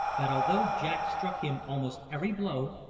that although jack struck him almost every blow,